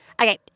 Okay